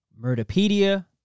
Murderpedia